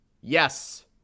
yes